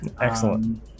Excellent